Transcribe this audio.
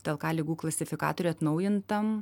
tlk ligų klasifikatorių atnaujintam